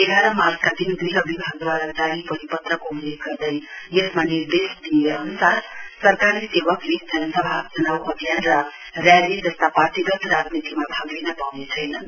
एघार मार्चका दिन गृह विभागदूवारा जारी परिपत्रको उल्लेख गर्दै यसमा निर्देश दिइए अनुसार सरकारी सेवकले जनसभा चुनाव अभियान र रयाली जस्ता पार्टीगत राजनीति भाग लिन पाउने छैनन्